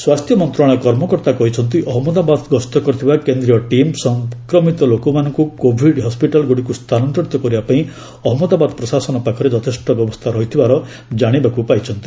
ସ୍ୱାସ୍ଥ୍ୟ ମନ୍ତ୍ରଣାଳୟ କର୍ମକର୍ତ୍ତା କହିଛନ୍ତି ଅହମ୍ମଦାବାଦ ଗସ୍ତ କରିଥିବା କେନ୍ଦ୍ରୀୟ ଟିମ୍ ସଂକ୍ରମିତ ଲୋକମାନଙ୍କ କୋଭିଡ୍ ହସ୍କିଟାଲ୍ଗ୍ରଡ଼ିକ୍ ସ୍ଥାନାନ୍ତରିତ କରିବା ପାଇଁ ଅହଜ୍ଞଦାବାଦ ପ୍ରଶାସନ ପାଖରେ ଯଥେଷ୍ଟ ବ୍ୟବସ୍ଥା ରହିଥିବାର ଜାଣିବାକ୍ ପାଇଛନ୍ତି